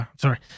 sorry